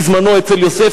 בזמנו אצל יוסף,